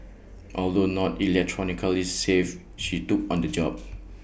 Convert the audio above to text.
although not electronically savvy she took on the job